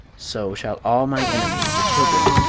so shall all my enemies, the children,